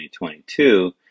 2022